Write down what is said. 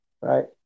Right